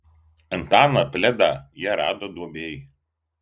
antaną pledą jie rado duobėj